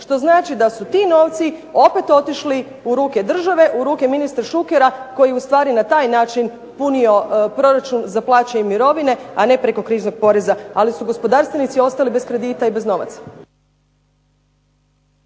što znači da su ti novci opet otišli u ruke države, u ruke ministra Šukera koji ustvari na taj način punio proračun za plaće i mirovine, a ne preko kriznog poreza, ali su gospodarstvenici ostali bez kredita i bez novaca.